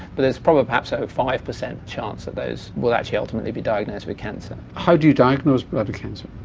but there's probably perhaps a five percent chance that those will actually ultimately be diagnosed with cancer. how do you diagnose bladder cancer?